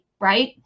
right